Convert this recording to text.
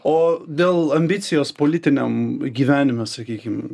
o dėl ambicijos politiniam gyvenime sakykim